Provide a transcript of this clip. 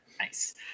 nice